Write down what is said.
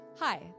Hi